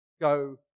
go